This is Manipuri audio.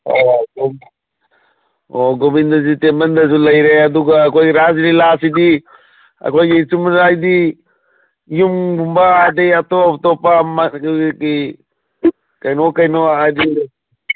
ꯑꯣ ꯑꯗꯨꯝ ꯑꯣ ꯒꯣꯕꯤꯟꯗꯖꯤ ꯇꯦꯝꯄꯜꯗꯁꯨ ꯂꯩꯔꯦ ꯑꯗꯨꯒ ꯑꯩꯈꯣꯏ ꯔꯥꯁ ꯂꯤꯂꯥꯁꯤꯗꯤ ꯑꯩꯈꯣꯏꯒꯤ ꯆꯨꯝꯅ ꯍꯥꯏꯗꯤ ꯌꯨꯝꯒꯨꯝꯕ ꯑꯗꯩ ꯑꯇꯣꯞ ꯑꯇꯣꯞꯄ ꯀꯩꯅꯣ ꯀꯩꯅꯣ ꯍꯥꯏꯗꯤ